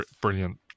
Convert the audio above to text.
Brilliant